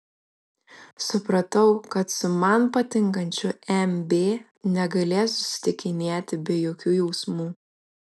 supratau kad su man patinkančiu m b negalėsiu susitikinėti be jokių jausmų